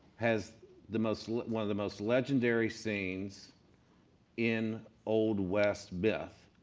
has the most, one of the most legendary scenes in old west myth,